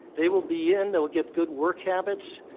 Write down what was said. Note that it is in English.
they will be in, they will get good work habits,